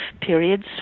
periods